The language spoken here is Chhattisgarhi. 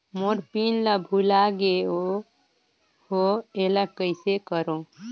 मोर पिन ला भुला गे हो एला कइसे करो?